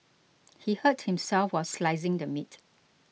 he hurt himself while slicing the meat